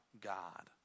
God